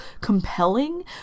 compelling